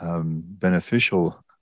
beneficial